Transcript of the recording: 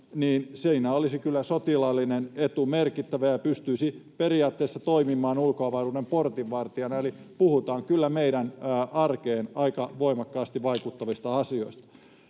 siinä olisi kyllä sotilaallinen etu merkittävä ja pystyisi periaatteessa toimimaan ulkoavaruuden portinvartijana. Eli puhutaan kyllä meidän arkeen aika voimakkaasti vaikuttavista asioista.